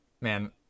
man